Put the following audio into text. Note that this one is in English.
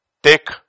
Take